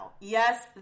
Yes